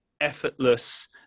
effortless